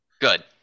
Good